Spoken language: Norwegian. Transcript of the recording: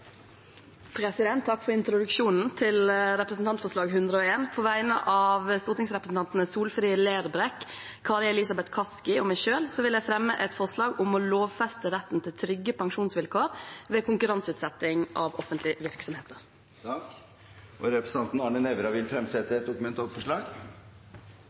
Takk for introduksjonen til representantforslag 101 S. På vegne av stortingsrepresentantene Solfrik Lerbrekk, Kari Elisabeth Kaski og meg selv vil jeg fremme et forslag om å lovfeste retten til trygge pensjonsvilkår ved konkurranseutsetting av offentlige virksomheter. Og representanten Arne Nævra vil fremsette